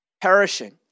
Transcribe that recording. Perishing